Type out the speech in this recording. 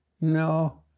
No